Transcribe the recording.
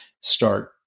start